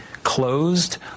Closed